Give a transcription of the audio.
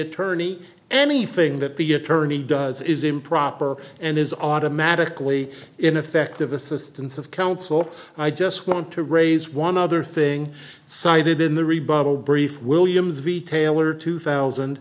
attorney anything that the attorney does is improper and is automatically ineffective assistance of counsel i just want to raise one other thing cited in the rebuttal brief williams v taylor two thousand